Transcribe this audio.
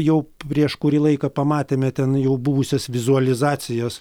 jau prieš kurį laiką pamatėme ten jau buvusias vizualizacijas